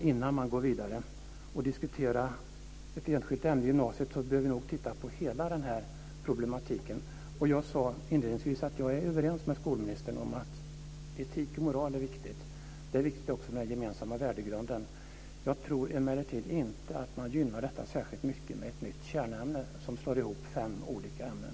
Innan man går vidare och diskuterar ett enskilt ämne i gymnasiet behöver man se på hela problemet. Jag sade inledningsvis att jag är överens med skolministern om att etik och moral är viktigt. Det är också viktigt med den gemensamma värdegrunden. Jag tror emellertid inte att man gynnar detta särskilt mycket med ett nytt kärnämne som slår ihop fem olika ämnen.